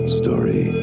story